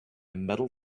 metal